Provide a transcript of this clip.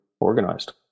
organized